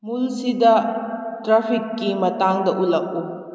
ꯃꯨꯜꯁꯤꯗ ꯇ꯭ꯔꯥꯐꯤꯛꯀꯤ ꯃꯇꯥꯡꯗ ꯎꯠꯂꯛꯎ